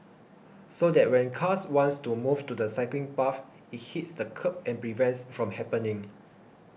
so that when cars wants to move to the cycling path it hits the kerb and prevents from happening